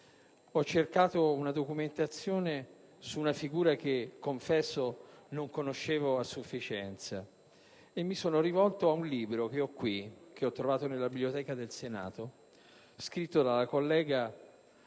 ho cercato una documentazione su una figura che, lo confesso, non conoscevo a sufficienza. Mi sono rivolto pertanto ad un libro, che ho qui, che ho trovato nella Biblioteca del Senato, scritto da due colleghi,